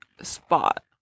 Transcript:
spot